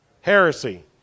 Heresy